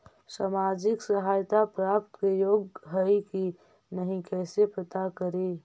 सामाजिक सहायता प्राप्त के योग्य हई कि नहीं कैसे पता करी?